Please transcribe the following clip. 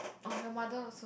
or your mother